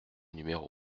numéro